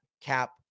cap